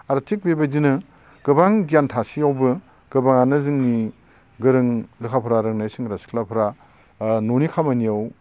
आरो थिग बेबायदिनो गोबां गियान थासेयावबो गोबांआनो जोंनि गोरों लेखा फरा रोंनाय सेंग्रा सिख्लाफ्रा ओ न'नि खामानियाव